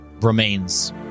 remains